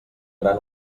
gran